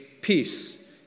peace